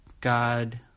God